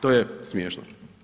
To je smiješno.